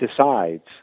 decides